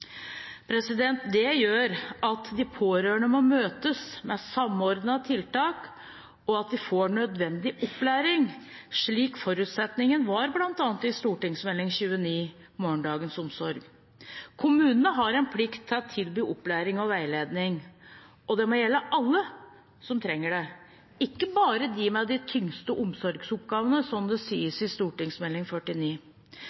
Det gjør at de pårørende må møtes med samordnete tiltak, og at de får nødvendig opplæring, slik forutsetningen var bl.a. i Meld.St. 29 Morgendagens omsorg. Kommunene har en plikt til å tilby opplæring og veiledning, og det må gjelde alle som trenger det, ikke bare dem med de tyngste omsorgsoppgavene, som det